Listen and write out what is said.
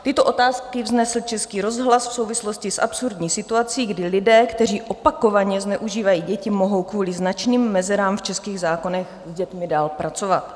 Tyto otázky vznesl Český rozhlas v souvislosti s absurdní situací, kdy lidé, kteří opakovaně zneužívají děti, mohou kvůli značným mezerám v českých zákonech s dětmi dál pracovat.